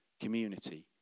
Community